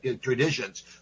traditions